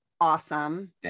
awesome